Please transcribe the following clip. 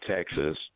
Texas